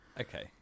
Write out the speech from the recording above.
Okay